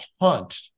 hunt